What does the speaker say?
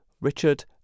Richard